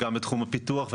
גם בתחום הפיתוח,